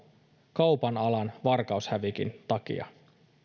kaupan alan varkaushävikin takia